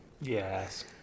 Yes